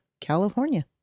california